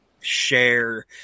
share